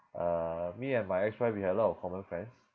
uh me and my ex wife we had a lot of common friends